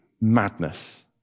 madness